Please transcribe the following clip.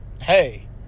hey